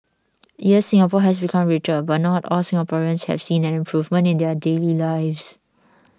yes Singapore has become richer but not all Singaporeans have seen an improvement in their daily lives